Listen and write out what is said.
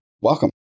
Welcome